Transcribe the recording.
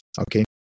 okay